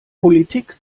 politik